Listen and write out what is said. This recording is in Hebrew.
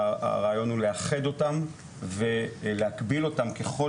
הרעיון הוא לאחד אותם ולהקביל אותם ככל